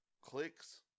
clicks